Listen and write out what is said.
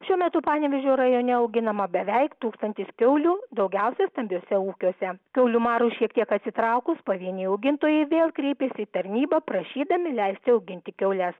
šiuo metu panevėžio rajone auginama beveik tūkstantis kiaulių daugiausia stambiuose ūkiuose kiaulių marui šiek tiek atsitraukus pavieniai augintojai vėl kreipėsi į tarnybą prašydami leisti auginti kiaules